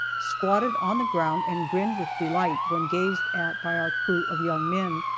squatted on the ground and grinned with delight when gazed at by our crew of young men.